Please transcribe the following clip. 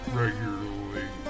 regularly